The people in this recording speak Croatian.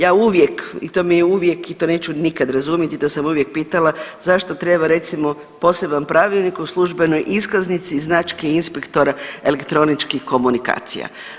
Ja uvijek i to mi je uvijek i to neću nikad razumjeti da sam uvijek pitala zašto treba recimo poseban pravilnik o službenoj iskaznici, značke inspektora elektroničkih komunikacija.